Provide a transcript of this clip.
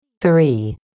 Three